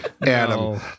Adam